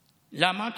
נפוצו לכל עבר.) למה?